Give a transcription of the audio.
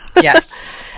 Yes